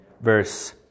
verse